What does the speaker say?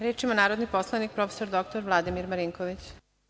Reč ima narodni poslanik prof. dr Vladimir Marinković.